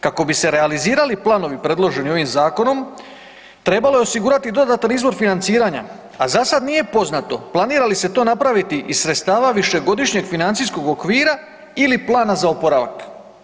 Kako bi se realizirali planovi predloženi ovim zakonom trebalo je osigurati dodatan izvor financiranja, a za sad nije poznato planira li se to napraviti iz sredstava višegodišnjeg financijskog okvira ili plana za oporavak.